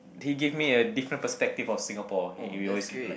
he gave me a different perspective of Singapore we we always like